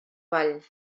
vall